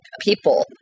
people